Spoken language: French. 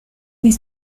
les